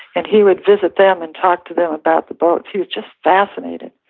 and he would visit them and talk to them about the boats. he was just fascinated.